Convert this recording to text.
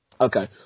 Okay